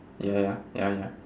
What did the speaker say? ya ya ya ya